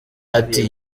ati